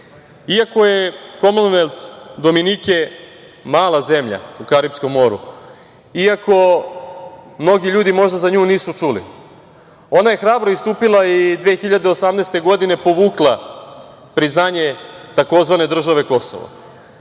je Komonvelt Dominike mala zemlja u Karipskom moru, iako mnogi ljudi za nju nisu čuli. Ona je hrabro istupila i 2018. godine povukla priznanje tzv. države Kosovo.